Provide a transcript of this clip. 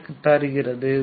என தருகிறது